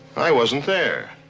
i wasn't there,